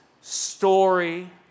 story